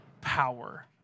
power